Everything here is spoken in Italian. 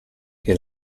che